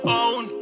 own